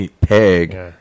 peg